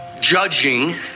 judging